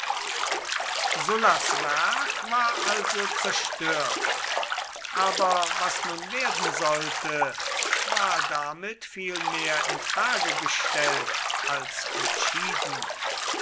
sullas werk war also zerstört aber was nun werden sollte war damit viel mehr in frage gestellt als entschieden